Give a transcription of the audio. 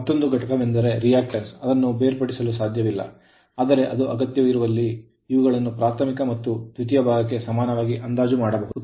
ಮತ್ತೊಂದು ಘಟಕವೆಂದರೆ reactance ಪ್ರತಿಕ್ರಿಯಾತಂತ್ರಗಳು ಅದನ್ನು ಬೇರ್ಪಡಿಸಲು ಸಾಧ್ಯವಿಲ್ಲ ಆದರೆ ಅದು ಅಗತ್ಯವಿರುವಲ್ಲಿ ಇವುಗಳನ್ನು ಪ್ರಾಥಮಿಕ ಮತ್ತು ದ್ವಿತೀಯ ಭಾಗಕ್ಕೆ ಸಮಾನವಾಗಿ ಅಂದಾಜು ಮಾಡಬಹುದು